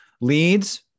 Leads